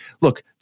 Look